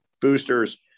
boosters